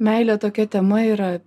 meilė tokia tema yra